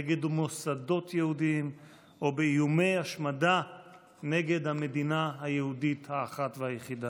נגד מוסדות יהודיים או באיומי השמדה נגד המדינה היהודית האחת והיחידה.